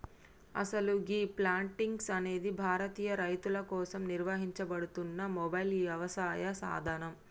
అసలు గీ ప్లాంటిక్స్ అనేది భారతీయ రైతుల కోసం నిర్వహించబడుతున్న మొబైల్ యవసాయ సాధనం